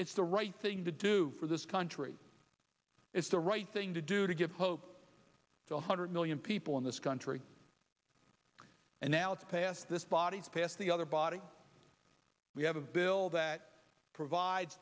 is the right thing to do for this country is the right thing to do to give hope to one hundred million people in this country and now it's passed this body to pass the other body we have a bill that provide